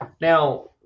Now